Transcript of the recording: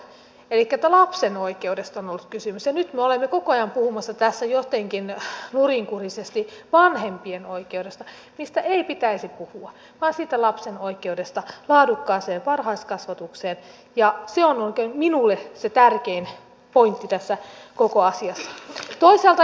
elikkä lapsen oikeudesta on ollut kysymys ja nyt me olemme koko ajan puhumassa tässä jotenkin nurinkurisesti vanhempien oikeudesta mistä ei pitäisi puhua vaan siitä lapsen oikeudesta laadukkaaseen varhaiskasvatukseen ja se on minulle se tärkein pointti tässä koko asiassa